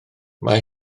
mae